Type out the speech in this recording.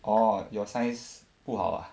orh your science 不好 ah